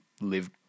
live